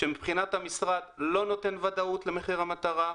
שמבחינת המשרד לא נותן ודאות למחיר המטרה,